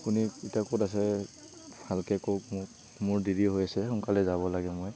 আপুনি এতিয়া ক'ত আছে ভালকে কওঁক মোক মোৰ দেৰি হৈ আছে সোনকালে যাব লাগে মই